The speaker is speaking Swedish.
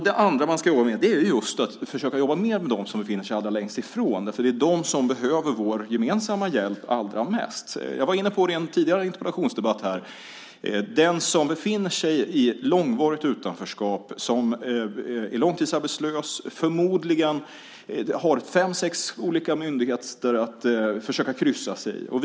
Det andra man ska arbeta med är just att försöka jobba mer med dem som befinner sig allra längst ifrån, därför att det är de som behöver vår gemensamma hjälp allra mest. Jag var inne på det i en tidigare interpellationsdebatt här. Den som befinner sig i långvarigt utanförskap och som är långtidsarbetslös har förmodligen fem sex olika myndigheter att försöka kryssa sig fram emellan.